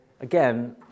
again